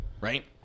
right